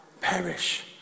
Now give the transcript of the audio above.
perish